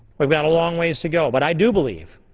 we've got a long ways to go but i do believe,